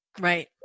Right